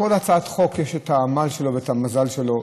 בכל הצעת חוק יש את העמל שלה והמזל שלה,